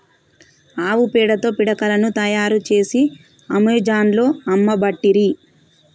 ఆవు పేడతో పిడికలను తాయారు చేసి అమెజాన్లో అమ్మబట్టిరి